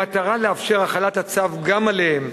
במטרה לאפשר החלת הצו גם עליהם,